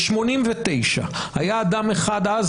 ב-1989 היה אדם אחד אז,